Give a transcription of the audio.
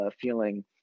feeling